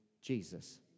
Jesus